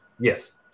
Yes